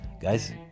guys